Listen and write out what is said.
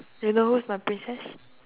you know who is my princess